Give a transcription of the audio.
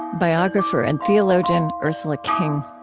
biographer and theologian ursula king.